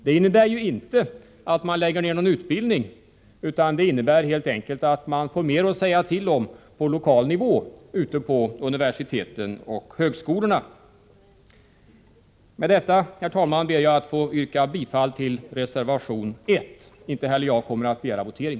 Det innebär inte att man lägger ned någon utbildning, utan helt enkelt att man på lokal nivå får mer att säga till om ute på universiteten och högskolorna. Med detta, herr talman, ber jag att få yrka bifall till reservation 1. Inte heller jag kommer att begära votering.